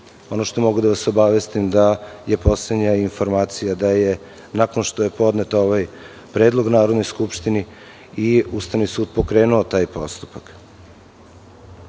odredbe. Mogu da vas obavestim da je poslednja informacija da je nakon što je podnet ovaj predlog Narodnoj skupštini i Ustavni sud pokrenuo taj postupak.